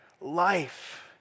life